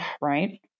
right